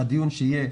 בדיון שיהיה,